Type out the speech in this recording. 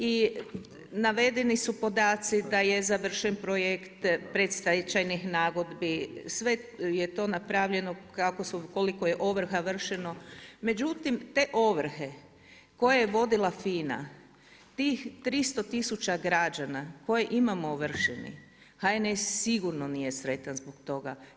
I navedeni su podaci da je završen projekt pred stečajnih nagodbi, sve je to napravljeno koliko je ovrha vršeno, međutim, te ovrhe koje je vodila FINA, tih 300 tisuća građana koje imamo ovršenih, HNS sigurno nije sretan zbog toga.